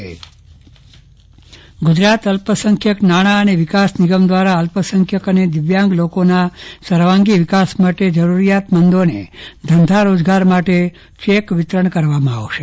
Chandravadan Pattani cheque વિતરણ ગુજરાત અલ્પસંખ્યક નાણાં અને વિકાસ નિગમ દ્વારા અલ્પસંખ્યક અને દિવ્યાંગ લોકોના સર્વાગી વિકાસ માટે જરૂરિયાત મંદોને ધંધા રોજગાર માટે ચેક વિતરણ કરવામાં આવશે